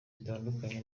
bitandukanye